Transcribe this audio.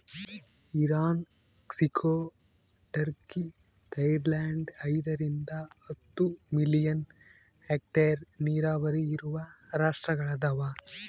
Iran ಕ್ಸಿಕೊ Turkey Thailand ಐದರಿಂದ ಹತ್ತು ಮಿಲಿಯನ್ ಹೆಕ್ಟೇರ್ ನೀರಾವರಿ ಇರುವ ರಾಷ್ಟ್ರಗಳದವ